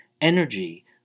energy